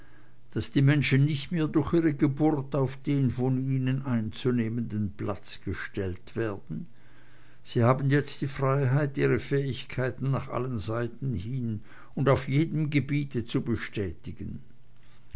daß die menschen nicht mehr durch ihre geburt auf den von ihnen einzunehmenden platz gestellt werden sie haben jetzt die freiheit ihre fähigkeiten nach allen seiten hin und auf jedem gebiete zu betätigen